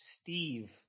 Steve